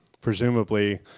Presumably